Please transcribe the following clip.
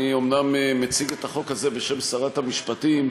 אני אומנם מציג את החוק הזה בשם שרת המשפטים,